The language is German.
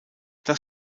das